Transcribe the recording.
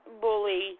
bully